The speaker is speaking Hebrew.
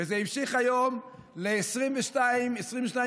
וזה המשיך היום ל-22 יישובים.